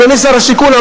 אדוני שר השיכון,